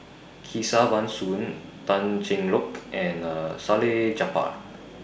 Kesavan Soon Tan Cheng Lock and Salleh Japar